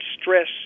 stress